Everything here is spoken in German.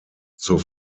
zur